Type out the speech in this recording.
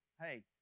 Hey